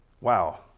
Wow